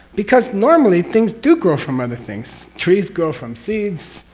because normally things do grow from other things trees grow from seeds,